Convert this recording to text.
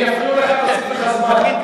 אם יפריעו לך נוסיף לך זמן,